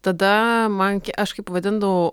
tada man kai aš kaip vadindavau